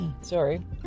Sorry